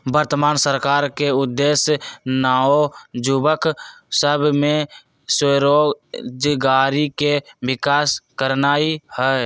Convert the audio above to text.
वर्तमान सरकार के उद्देश्य नओ जुबक सभ में स्वरोजगारी के विकास करनाई हई